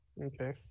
Okay